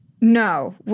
No